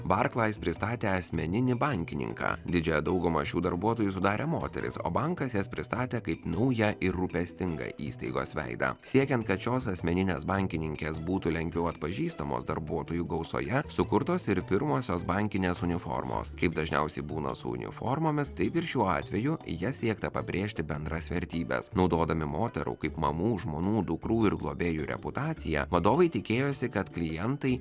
barklais pristatė asmeninį bankininką didžiąją daugumą šių darbuotojų sudarė moterys o bankas jas pristatė kaip naują ir rūpestingą įstaigos veidą siekiant kad šios asmeninės bankininkės būtų lengviau atpažįstamos darbuotojų gausoje sukurtos ir pirmosios bankinės uniformos kaip dažniausiai būna su uniformomis taip ir šiuo atveju ja siekta pabrėžti bendras vertybes naudodami moterų kaip mamų žmonų dukrų ir globėjų reputaciją vadovai tikėjosi kad klientai